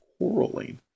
quarreling